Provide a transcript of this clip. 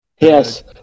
yes